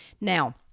Now